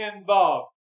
involved